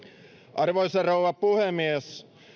arvoisa rouva puhemies